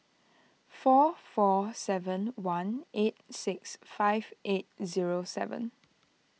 four four seven one eight six five eight zero seven